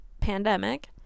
pandemic